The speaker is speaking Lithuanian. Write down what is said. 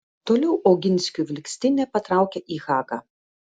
toliau oginskių vilkstinė patraukė į hagą